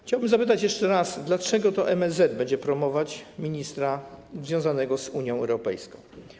Chciałbym zapytać jeszcze raz: Dlaczego to MSZ będzie promować ministra związanego z Unią Europejską?